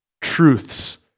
truths